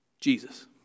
Jesus